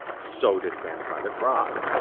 so did grandfather frog.